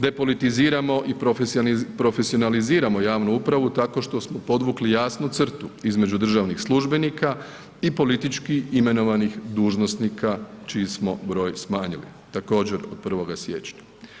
Depolitiziramo i profesionaliziramo javnu upravu tako što smo podvukli jasnu crtu između državnih službenika i politički imenovanih dužnosnika čiji smo broj smanjili također od 1. siječnja.